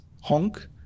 Honk